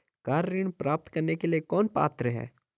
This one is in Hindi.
कार ऋण प्राप्त करने के लिए कौन पात्र है?